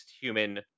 human